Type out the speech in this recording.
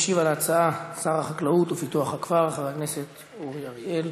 ישיב על ההצעה שר החקלאות ופיתוח הכפר חבר הכנסת אורי אריאל.